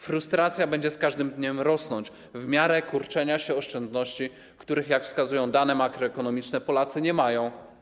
Frustracja będzie z każdym dniem rosnąć, w miarę kurczenia się oszczędności, których, jak wskazują dane makroekonomiczne, Polacy nie mają.